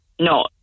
no